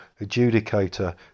adjudicator